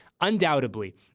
undoubtedly